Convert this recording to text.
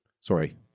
sorry